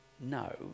no